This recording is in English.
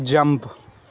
jump